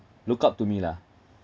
look up to me lah